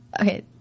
Okay